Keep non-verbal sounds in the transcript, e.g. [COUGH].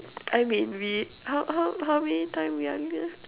I mean we how how how many time we are here [LAUGHS]